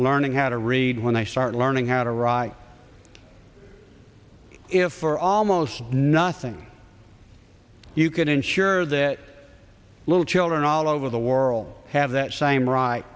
learning how to read when i start learning how to write if for almost nothing you can ensure that little building all over the world have that same right